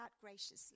graciously